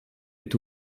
est